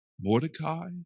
Mordecai